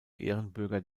ehrenbürger